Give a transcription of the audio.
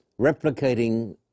Replicating